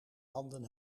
handen